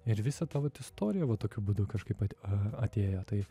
ir visa ta vat istorija va tokiu būdu kažkaip atėjo tai